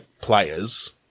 players